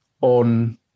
on